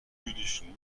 jüdischen